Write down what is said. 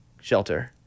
shelter